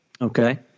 Okay